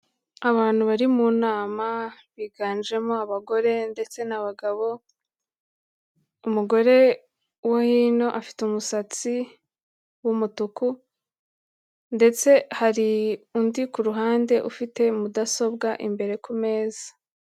Abantu bari mu nama biganjemo abagore ndetse n'abagabo, umugore wo hino afite umusatsi w'umutuku ndetse hari undi ku ruhande ufite mudasobwa imbere ku meza.